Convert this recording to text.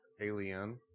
Alien